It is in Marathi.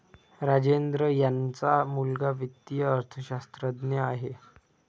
राजेंद्र यांचा मुलगा वित्तीय अर्थशास्त्रज्ञ आहे